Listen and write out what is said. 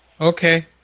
Okay